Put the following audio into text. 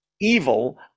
evil